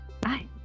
Bye